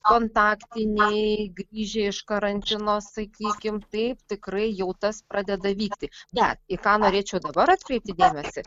kontaktiniai grįžę iš karantino sakykim taip tikrai jau tas pradeda vykti bet į ką norėčiau dabar atkreipti dėmesį